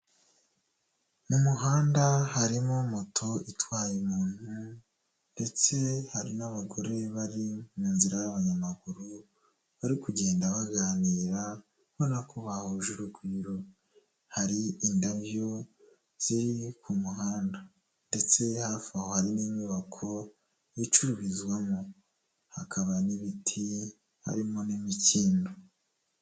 Mu muhanda harimo moto itwaye umuntu ndetse hari n'abagore bari mu nzira y'abanyamaguru, bari kugenda baganira ubona ko bahuje urugwiro, hari indabyo ziri ku muhanda ndetse hafi aho hari n'inyubako zicururizwamo, hakaba n'ibiti harimo n'imikindo.